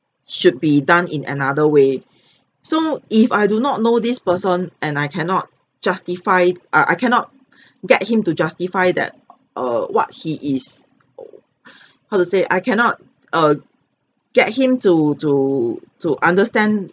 should be done in another way so if I do not know this person and I cannot justify it err I cannot get him to justify that err what he is oo how to say I cannot err get him to to to understand